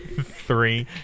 Three